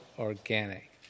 Organic